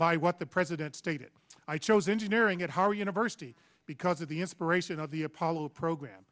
by what the president stated i chose engineering at howard university because of the inspiration of the apollo program